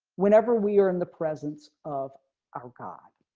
whenever we are in the presence of our god.